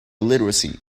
literacy